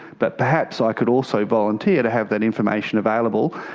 but perhaps i could also volunteer to have that information available,